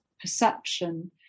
perception